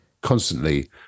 constantly